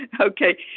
Okay